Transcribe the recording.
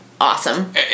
awesome